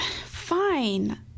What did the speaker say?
Fine